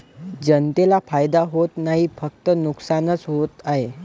जनतेला फायदा होत नाही, फक्त नुकसानच होत आहे